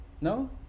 No